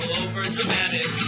overdramatic